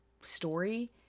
story